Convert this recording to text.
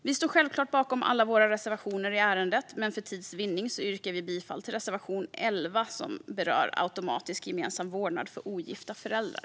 Vi står självklart bakom alla våra reservationer i ärendet, men för tids vinnande yrkar jag bifall bara till reservation 11 om automatisk gemensam vårdnad för ogifta föräldrar.